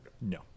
No